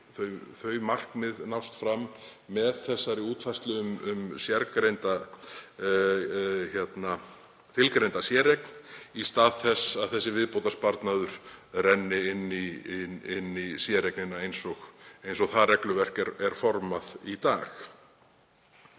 þau markmið nást fram með útfærslu um tilgreinda séreign í stað þess að viðbótarsparnaðurinn renni inn í séreignina eins og það regluverk er formað í dag.